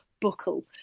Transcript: Buckle